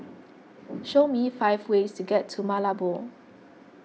show me five ways to get to Malabo